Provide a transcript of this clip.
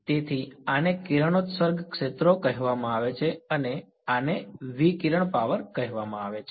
તેથી આને કિરણોત્સર્ગ ક્ષેત્રો કહેવામાં આવે છે અને આને વિકિરણ પાવર કહેવામાં આવે છે